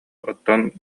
оттон